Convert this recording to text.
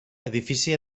edifici